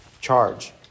charge